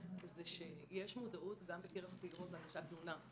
זה שיש מודעות גם בקרב צעירות להגשת תלונה.